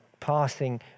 passing